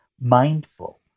mindful